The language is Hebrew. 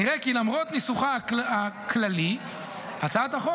נראה כי למרות ניסוחה הכללי הצעת החוק